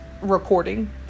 recording